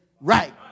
right